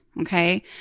Okay